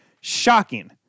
shocking